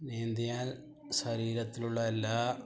നീന്തിയാൽ ശരീരത്തിലുള്ള എല്ലാ